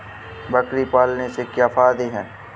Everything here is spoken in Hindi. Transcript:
बकरी पालने से क्या फायदा है?